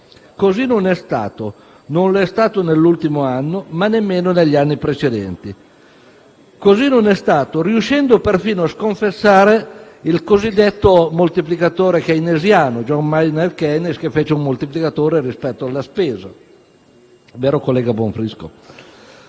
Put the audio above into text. Così non è stato; non lo è stato nell'ultimo anno, ma nemmeno negli anni precedenti. Così non è stato, riuscendo perfino a sconfessare il cosiddetto moltiplicatore keynesiano. John Maynard Keynes fece un moltiplicatore rispetto alla spesa, vero collega Bonfrisco?